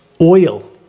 oil